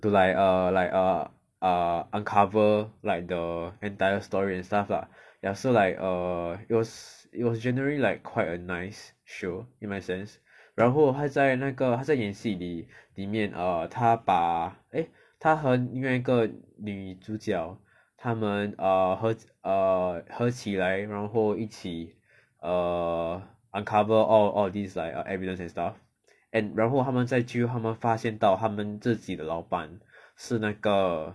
to like err like err err uncover like the entire story and stuff lah ya so like err it was it was generally like quite a nice show in my sense 然后他在那个他在演戏里里面 err 他把 eh 他和另外一个女主角他们 err 合 err 合起来然后一起 err uncover all all these like evidence and stuff and 然后他们在最后他们发现到他们自己的老板是那个